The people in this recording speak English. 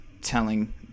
telling